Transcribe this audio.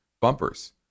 bumpers